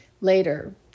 later